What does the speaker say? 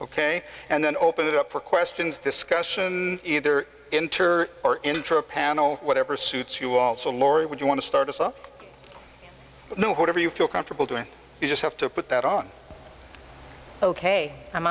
ok and then open it up for questions discussion either inter or intra panel whatever suits you all so laurie would you want to start a new whatever you feel comfortable doing you just have to put that on ok i'm